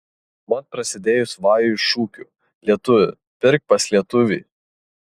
mat prasidėjus vajui šūkiu lietuvi pirk pas lietuvį